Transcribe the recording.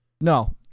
No